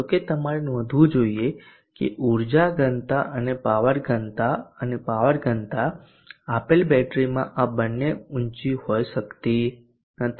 જોકે તમારે નોંધવું જોઇએ કે ઉર્જા ઘનતા અને પાવરની ઘનતા અને પાવર ઘનતા આપેલ બેટરીમાં આ બંને ઊંચી હોઈ શકતી નથી